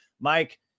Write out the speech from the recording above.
Mike